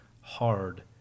hard